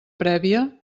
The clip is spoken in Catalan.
prèvia